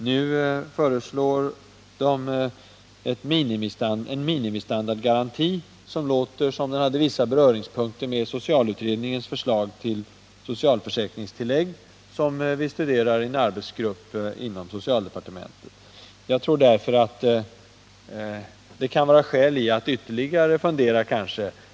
Nu föreslår de en ministandardgaranti, som verkar ha vissa beröringspunkter med socialutredningens förslag till socialförsäkringstillägg, vilket studeras av en arbetsgrupp inom socialdepartementet. Jag tror därför att det kan vara skäl i att fundera ytterligare.